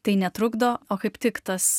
tai netrukdo o kaip tik tas